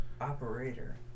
operator